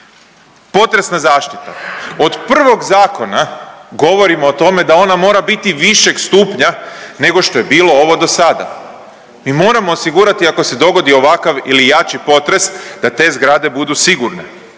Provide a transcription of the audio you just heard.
Potresna zaštita, od prvog zakona govorimo o tome da ona mora biti višeg stupnja nego što je bilo ovo do sada. Mi moramo osigurati ako se dogodi ovakav ili jači potres da te zgrade budu sigurne.